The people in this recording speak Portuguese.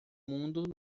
mundo